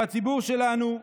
כדי שהציבור שלנו,